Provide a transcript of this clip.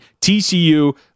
TCU